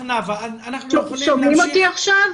שומעים אותי עכשיו?